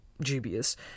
dubious